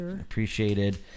appreciated